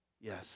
Yes